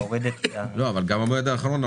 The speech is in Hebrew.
אבל גם המועד האחרון,